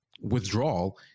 withdrawal